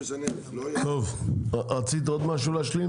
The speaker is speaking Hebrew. טוב, רצית להשלים עוד משהו?